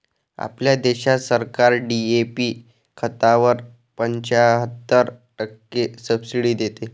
आपल्या देशात सरकार डी.ए.पी खतावर पंच्याहत्तर टक्के सब्सिडी देते